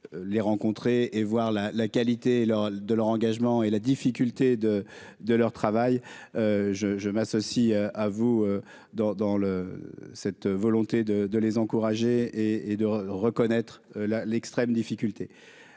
les rencontrer et voir la la qualité leur de leur engagement et la difficulté de. De leur travail, je je m'associe à vous dans dans le cette volonté de de les encourager et de reconnaître la l'extrême difficulté,